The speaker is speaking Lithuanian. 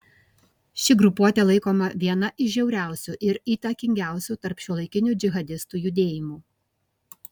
ši grupuotė laikoma viena iš žiauriausių ir įtakingiausių tarp šiuolaikinių džihadistų judėjimų